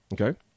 okay